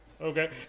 Okay